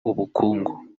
ubukungu